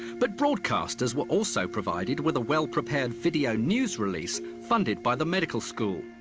but broadcasters were also provided with a well-prepared video news release, funded by the medical school.